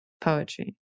poetry